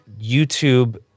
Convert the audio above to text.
YouTube